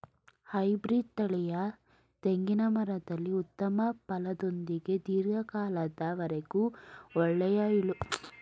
Hybrid ತಳಿಯ ತೆಂಗಿನ ಮರದಲ್ಲಿ ಉತ್ತಮ ಫಲದೊಂದಿಗೆ ಧೀರ್ಘ ಕಾಲದ ವರೆಗೆ ಒಳ್ಳೆಯ ಇಳುವರಿಯನ್ನು ಪಡೆಯಬಹುದೇ?